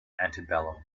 antebellum